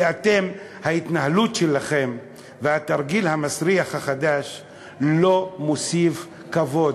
כי ההתנהלות שלכם והתרגיל המסריח החדש לא מוסיפים כבוד,